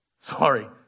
Sorry